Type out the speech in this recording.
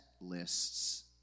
lists